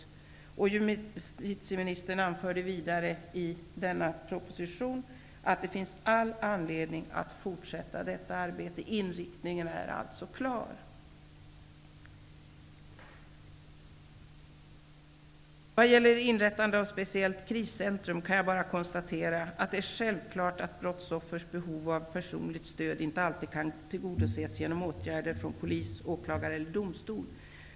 Justitieministern anför vidare i denna proposition att det finns all anledning att fortsätta detta arbete. Inriktningen är alltså klar. Vad gäller inrättandet av speciella kriscentrum kan jag bara konstatera att det är självklart att brottsoffers behov av personligt stöd inte alltid kan tillgodoses genom åtgärder från polis, åklagare eller domstol.